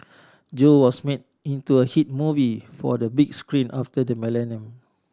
Joe was made into a hit movie for the big screen after the millennium